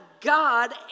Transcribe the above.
God